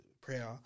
prayer